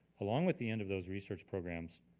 along with the end of those research programs,